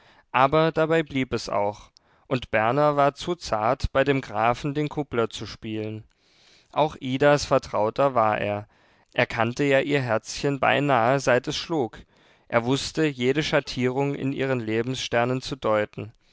aber dabei blieb es auch und berner war zu zart bei dem grafen den kuppler zu spielen auch idas vertrauter war er er kannte ja ihr herzchen beinahe seit es schlug er wußte jede schattierung in ihren lebenssternen zu deuten